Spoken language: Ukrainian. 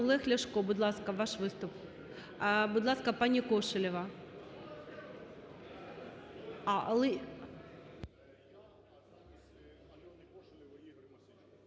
Олег Ляшко, будь ласка, ваш виступ. Будь ласка, пані Кошелєва.